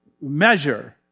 measure